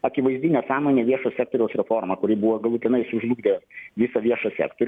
akivaizdi nesąmonė viešo sektoriaus reforma kuri buvo galutinai sužlugdė visą viešą sektorių